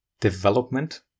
development